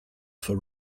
for